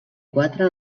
quatre